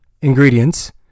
ingredients